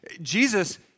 Jesus